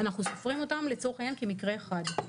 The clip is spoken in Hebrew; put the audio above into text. אנחנו סופרים אותם לצורך העניין כמקרה אחד.